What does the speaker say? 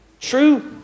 true